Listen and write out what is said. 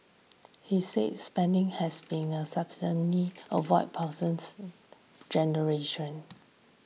he said spending has be sustainable avoid passing generations